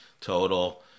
total